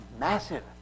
Massive